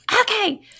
okay